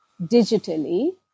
digitally